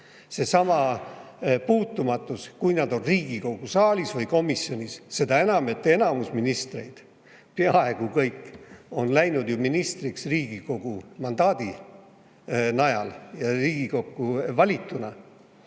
seesama puutumatus, kui nad on Riigikogu saalis või komisjonis? Seda enam, et enamus ministreid, peaaegu kõik, on läinud ju ministriks Riigikogu mandaadi najal ja Riigikokku valituna.